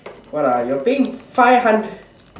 what ah you're paying five hundred